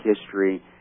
history